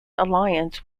alliance